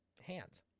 hands